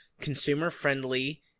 consumer-friendly